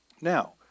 Now